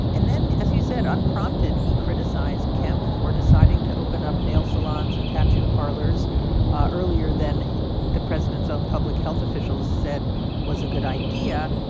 and then, as you said, unprompted, he criticized kemp for deciding to open up nail salons and tattoo parlors earlier than the president's own public health officials said was a good idea.